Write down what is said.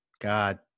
God